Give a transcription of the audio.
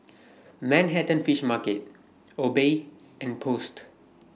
Manhattan Fish Market Obey and Post